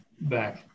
back